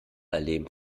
erleben